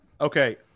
Okay